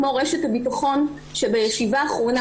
כמו רשת הביטחון שבישיבה האחרונה,